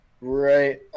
Right